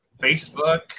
Facebook